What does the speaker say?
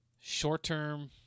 short-term